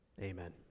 Amen